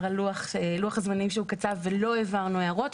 לוח הזמנים שהוא קצב ולא העברנו הערות.